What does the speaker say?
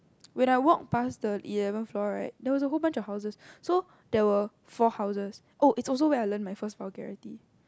when I walked passed the eleven floor right there was a whole bunch of houses so there were four houses oh it's also where I learnt my first vulgarity